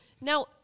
Now